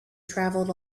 traveled